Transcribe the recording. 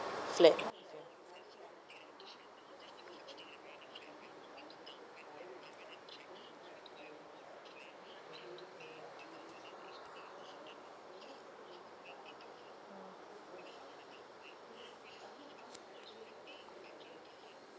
flat